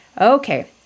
Okay